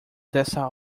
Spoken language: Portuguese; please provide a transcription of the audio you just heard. dessa